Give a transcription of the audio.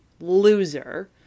loser